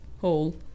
hole